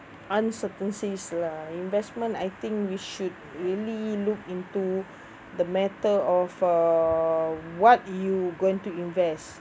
uncertainties lah investment I think we should really look into the matter of uh what you'd going to invest